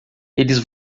eles